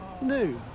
New